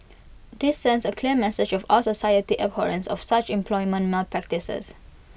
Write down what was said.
this sends A clear message of our society's abhorrence of such employment malpractices